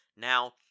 Now